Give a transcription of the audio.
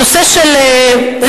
הנושא של מסים,